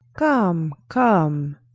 come, come,